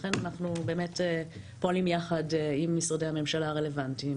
לכן אנחנו באמת פועלים יחד עם משרדי הממשלה הרלוונטיים